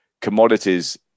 commodities